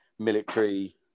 military